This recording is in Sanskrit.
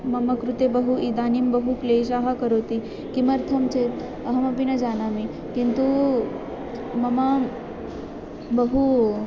मम कृते बहु इदानीं बहु क्लेशः करोति किमर्थं चेत् अहमपि न जानामि किन्तु मम बहु